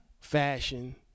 fashion